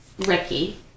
Ricky